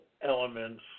elements